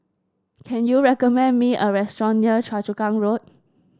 can you recommend me a restaurant near Choa Chu Kang Road